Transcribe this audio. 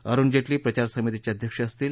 अरुण जेटली प्रचार समितीचे अध्यक्ष असतील